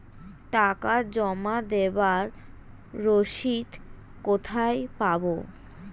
টাকা জমা দেবার রসিদ কোথায় পাব?